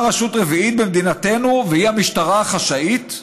ישנה רשות רביעית במדינתנו והיא המשטרה החשאית".